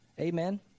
Amen